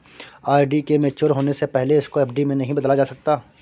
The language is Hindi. आर.डी के मेच्योर होने से पहले इसको एफ.डी में नहीं बदला जा सकता